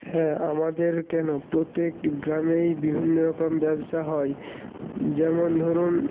হ্যাঁ আমাদের কেন প্রত্যেক গ্রামেই বিভিন্ন রকম ব্যবসা হয় যেমন ধরুন